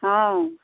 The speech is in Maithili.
हँ